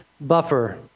buffer